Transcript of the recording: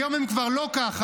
היום הם כבר לא ככה.